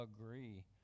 agree